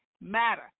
matter